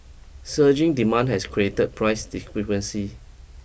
surging demand has created price discrepancies